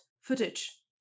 footage